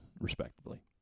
respectively